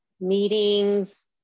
meetings